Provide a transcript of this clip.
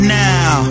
now